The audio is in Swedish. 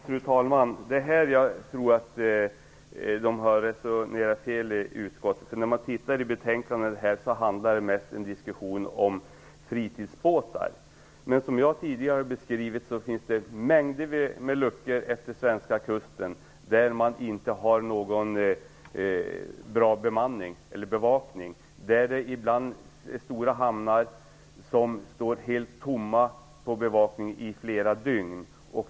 Fru talman! Jag tror att utskottet har resonerat fel på denna punkt. Det som står i betänkandet är mest en diskussion om fritidsbåtar. Som jag tidigare har beskrivit finns mängder av luckor utefter den svenska kusten utan bra bevakning. Stora hamnar kan vara helt utan bevakning i flera dygn.